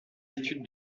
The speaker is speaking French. études